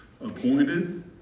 appointed